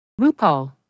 RuPaul